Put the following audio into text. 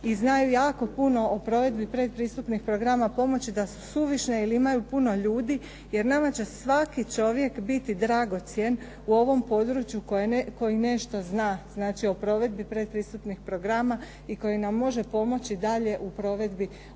i znaju jako puno o provedbi predpristupnih programa pomoći, da su suvišne jer imaju puno ljudi jer nama će svaki čovjek biti dragocjen u ovom području koji nešto zna znači o provedbi predpristupnih programa i koji nam može pomoći dalje u provedbi